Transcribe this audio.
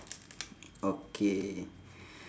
okay